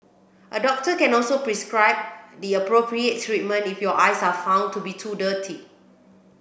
a doctor can also prescribe the appropriate treatment if your eyes are found to be too dry